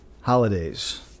Holidays